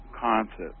concept